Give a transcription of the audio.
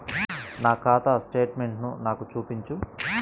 నా ఖాతా స్టేట్మెంట్ను నాకు చూపించు